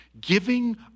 giving